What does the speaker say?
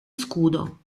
scudo